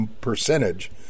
percentage